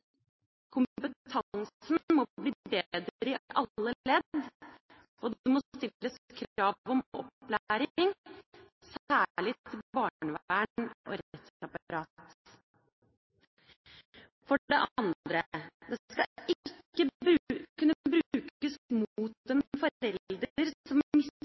Kompetansen må bli bedre i alle ledd, og det må stilles krav om opplæring, særlig til barnevern og rettsapparat. For det andre: Det skal ikke kunne brukes